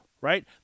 right